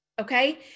Okay